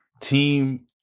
team